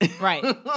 Right